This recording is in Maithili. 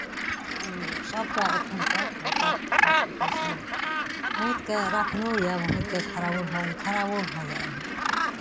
ओ सभटा एखन तक बड़का छोटका फोटोसभ बहुतके राखलो यए बहुतके खराबो भए खराबो भए जाइत रहै